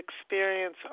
experience